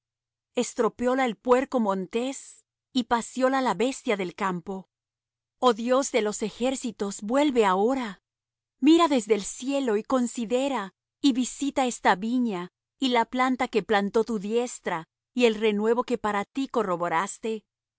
camino estropeóla el puerco montés y pacióla la bestia del campo oh dios de los ejércitos vuelve ahora mira desde el cielo y considera y visita esta viña y la planta que plantó tu diestra y el renuevo que para ti corroboraste